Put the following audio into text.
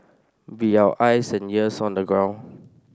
be our eyes and ears on the ground